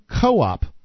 co-op